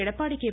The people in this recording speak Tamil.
எடப்பாடி கே